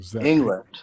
England